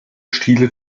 stile